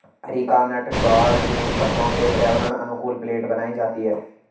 areca nut ताड़ के पत्तों से पर्यावरण अनुकूल प्लेट बनाई जाती है